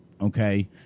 Okay